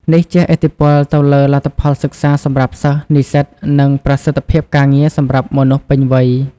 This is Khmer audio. នេះជះឥទ្ធិពលទៅលើលទ្ធផលសិក្សាសម្រាប់សិស្ស-និស្សិត និងប្រសិទ្ធភាពការងារសម្រាប់មនុស្សពេញវ័យ។